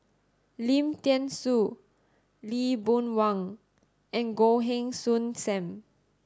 Lim Thean Soo Lee Boon Wang and Goh Heng Soon Sam